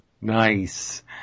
Nice